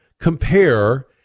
compare